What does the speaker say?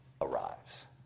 arrives